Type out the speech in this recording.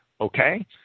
okay